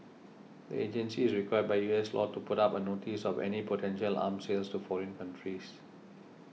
the agency is required by U S law to put up a notice of any potential arm sales to foreign countries